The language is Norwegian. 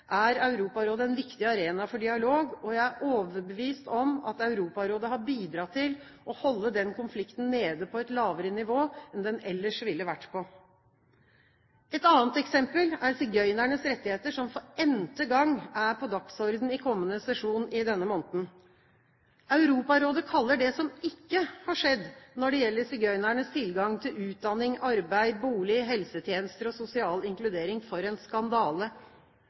er Europarådet en viktig arena for dialog. Jeg er overbevist om at Europarådet har bidratt til å holde den konflikten nede på et lavere nivå enn den ellers ville vært på. Et annet eksempel er sigøynernes rettigheter, som for n-te gang er på dagsordenen i kommende sesjon i denne måneden. Europarådet kaller det som ikke har skjedd når det gjelder sigøynernes tilgang til utdanning, arbeid, bolig, helsetjenester og sosial inkludering, for en skandale.